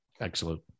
Excellent